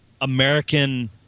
American